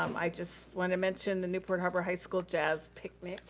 um i just wanna mention the newport harbor high school jazz picnic,